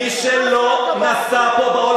מי שלא נשא פה בעול,